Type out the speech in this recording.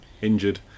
injured